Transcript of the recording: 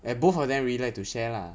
and both of them really like to share lah